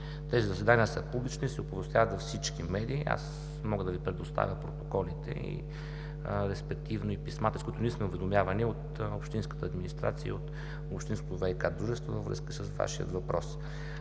Тези заседания са публични и се оповестяват във всички медии – мога да Ви предоставя протоколите, респективно писмата, с които ние сме уведомявани от общинската администрация и от общинското ВиК дружество, във връзка с Вашия въпрос.